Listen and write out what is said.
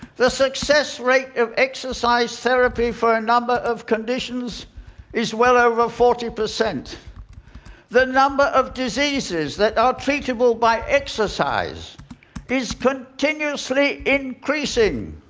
the success rate of exercise therapy for a number of conditions is well over forty. the number of diseases that are treatable by exercise is continuously increasing.